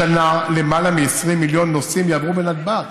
השנה, יותר מ-20 מיליון נוסעים יעברו בנתב"ג.